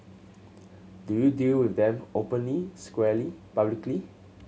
do you deal with them openly squarely publicly